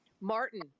Martin